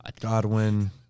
Godwin